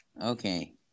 Okay